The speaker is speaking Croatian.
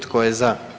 Tko je za?